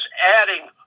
adding